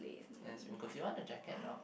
ya it's been do you want the jacket now